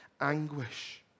anguish